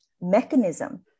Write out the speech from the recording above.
mechanism